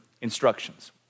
instructions